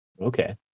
Okay